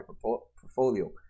portfolio